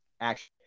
action